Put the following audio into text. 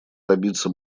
добиться